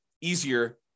easier